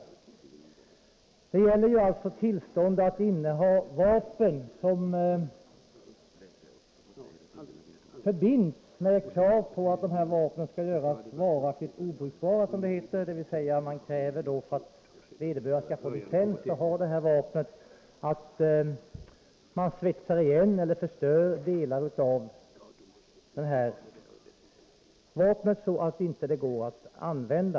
Detta gäller alltså tillstånd att inneha vapen. Detta binds ihop med krav på att dessa vapen skall göras varaktigt obrukbara; för att vederbörande skall få licens och ha detta vapen krävs att man svetsar igen eller förstör delar av vapnet så att det inte går att använda.